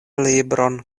libron